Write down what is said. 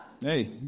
Hey